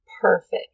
Perfect